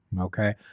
okay